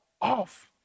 off